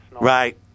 Right